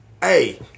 Hey